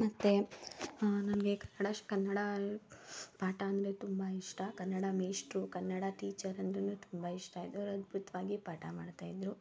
ಮತ್ತು ನಮಗೆ ಕನ್ನಡ ಕನ್ನಡ ಪಾಠ ಅಂದರೆ ತುಂಬ ಇಷ್ಟ ಕನ್ನಡ ಮೇಷ್ಟ್ರು ಕನ್ನಡ ಟೀಚರ್ ಅಂದರೇನೆ ತುಂಬ ಇಷ್ಟ ಅವರು ಅದ್ಭುತವಾಗಿ ಪಾಠ ಮಾಡ್ತಾಯಿದ್ರು